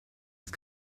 ist